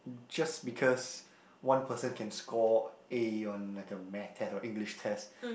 just because one person can score A on like a Math test or English test